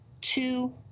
two